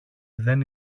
δεν